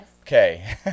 Okay